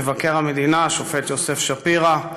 מבקר המדינה השופט יוסף שפירא,